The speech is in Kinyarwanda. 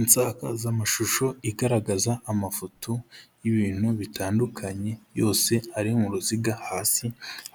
Insakazamashusho igaragaza amafoto y'ibintu bitandukanye yose ari mu ruziga, hasi